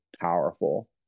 powerful